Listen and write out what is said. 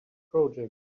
project